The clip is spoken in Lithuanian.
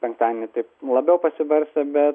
penktadienį taip labiau pasibarstę bet